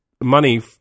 money